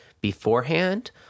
beforehand